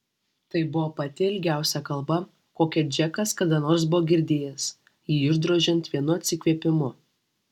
tai buvo pati ilgiausia kalba kokią džekas kada nors buvo girdėjęs jį išdrožiant vienu atsikvėpimu